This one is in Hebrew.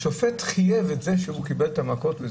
השופט בסדום חייב את זה שקיבל את המכות.